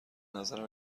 نظرم